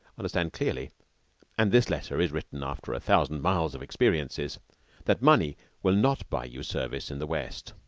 understand clearly and this letter is written after a thousand miles of experiences that money will not buy you service in the west.